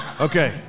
Okay